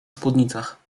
spódnicach